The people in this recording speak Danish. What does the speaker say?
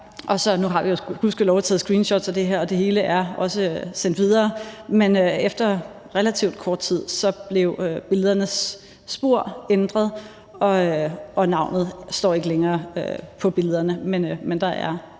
nu har vi gudskelov taget screenshots af det her, og det hele er også sendt videre – og efter relativt kort tid blev billedernes spor ændret, og navnet står ikke længere på billederne, men der er